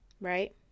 right